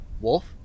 Wolf